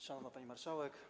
Szanowna Pani Marszałek!